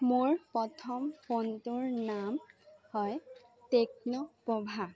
মোৰ প্ৰথম ফোনটোৰ নাম হয় টেকন' প'ভা